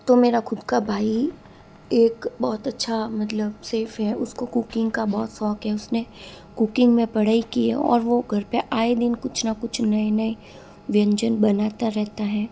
तो मेरा खुद का भाई एक बहुत अच्छा मतलब सेफ है उसको कुकिंग का बहुत शौक है उसने कुकिंग में पढ़ाई की है और वो घर पर आए दिन कुछ ना कुछ नए नए व्यंजन बनाता रहता है